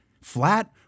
flat